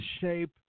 shape